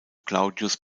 claudius